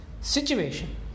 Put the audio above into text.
situation